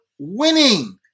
winning